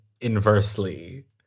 inversely